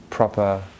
Proper